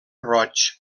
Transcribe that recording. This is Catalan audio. roig